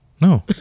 No